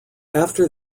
after